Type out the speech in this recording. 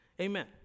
Amen